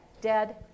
dead